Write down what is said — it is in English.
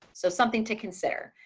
so something to consider.